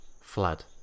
fled